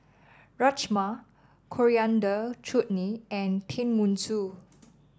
Rajma Coriander Chutney and Tenmusu